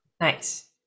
Nice